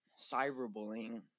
cyberbullying